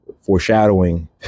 foreshadowing